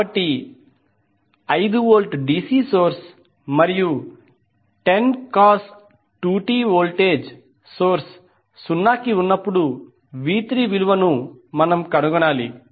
కాబట్టి 5 V DC source మరియు 10cos 2t voltage source సున్నాకి ఉన్నప్పుడు v3 విలువను మనం కనుగొనాలి